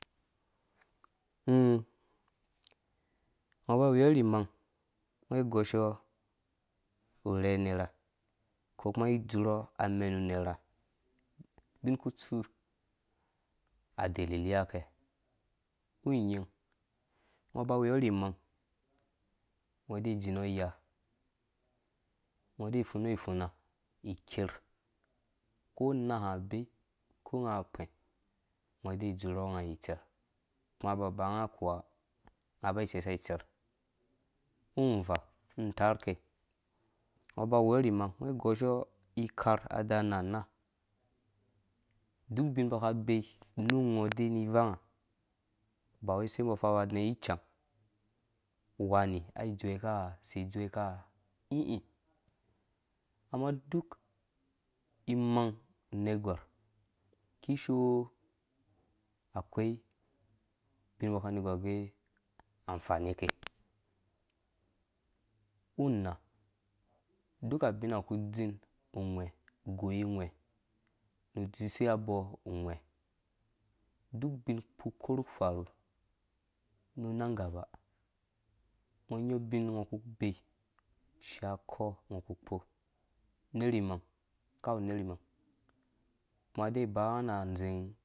In ngɔ ba weyi rhi imeng ngɔ goi shɔ yurhe nerha ngɔ dzurɔ amɛn merha ubin ku tsu adalilai akɛ wu nying ngɔ ba weyɔ rhi imang ngɔ de dzin iya ngɔ de funu ngɔ ifuna iker ko unaha abe ko nga kpɛ ngɔ dzurɔ nga itser kuma ba banga kuwa nga ba sei sa itser awu a uvaa ntaar kai ngɔ ba weyɔ ri imang ngɔ goshɔ ikarh adaa nana duk ubin mbɔ ka be nungɔ dei ni ivangha ba wei seimbɔ vii aba adɛɛ ikau uwani ai dzoweka si dzowe ka ĩ ĩ amma duk imang unergwar kishoo akwai ubin mba ka ni gɔr gɛ anfeni ke wu umaa uka abina ku dzin uwhɛ goi uwhɛ̃nu dzisiwe abɔɔ uwhɛ dukubin ku korhu farhu nu nang gaba ngɔ nya ubin ngɔ ku be shia kpɔngɔ ku kpo nerh imang kawu ne imang nga deba nga na dzing.